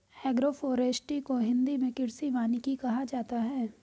agroforestry को हिंदी मे कृषि वानिकी कहा जाता है